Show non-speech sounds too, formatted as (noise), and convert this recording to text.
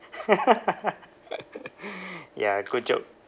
(laughs) ya good job